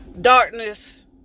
darkness